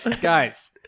Guys